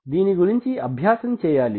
దీని గురించి అభ్యాసం చేయాలి